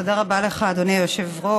תודה רבה לך, אדוני היושב-ראש.